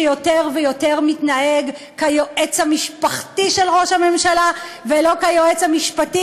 שיותר ויותר מתנהג כיועץ המשפחתי של ראש הממשלה ולא כיועץ המשפטי,